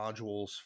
modules